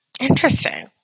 Interesting